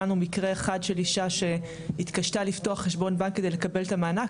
היה לנו מקרה אחד של אישה שהתקשתה לפתוח חשבון בנק כדי לקבל את המענק,